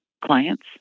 clients